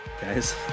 guys